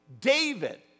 David